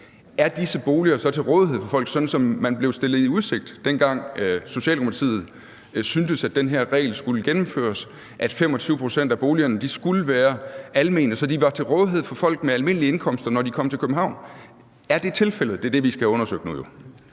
er disse boliger så til rådighed for folk, sådan som man blev stillet i udsigt, dengang Socialdemokratiet syntes, at den her regel skulle gennemføres – altså at 25 pct. af boligerne skulle være almene, så de var til rådighed for folk med almindelige indkomster, når de kom til København? Er det tilfældet? Det er jo det, vi skal have undersøgt nu.